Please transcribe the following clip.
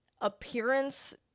appearance